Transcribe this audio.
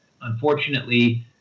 unfortunately